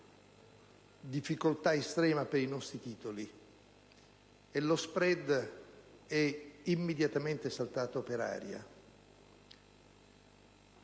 difficoltà estrema per i nostri titoli e lo *spread* è immediatamente saltato per aria,